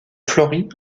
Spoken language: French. fleurit